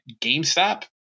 GameStop